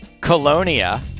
Colonia